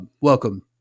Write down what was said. welcome